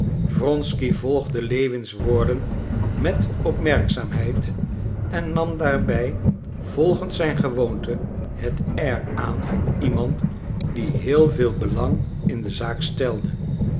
wronsky volgde lewins woorden met opmerkzaamheid en nam daarbij volgens zijn gewoonte het air aan van iemand die heel veel belang in de zaak stelde